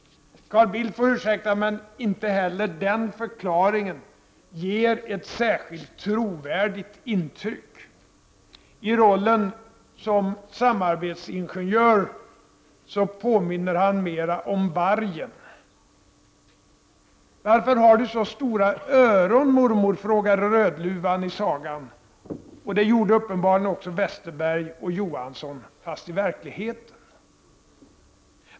Carl Bildt får ursäkta, men inte heller den förklaringen ger ett särskilt trovärdigt intryck. I rollen som samarbetsingenjör påminner han mera om vargen: —- Varför har du så stora öron, mormor? frågade Rödluvan i sagan, och det gjorde uppenbarligen också Westerberg och Johansson, fastän i verkligheten.